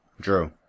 Drew